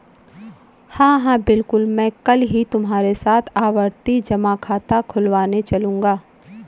हां हां बिल्कुल मैं कल ही तुम्हारे साथ आवर्ती जमा खाता खुलवाने चलूंगा